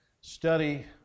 study